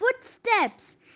footsteps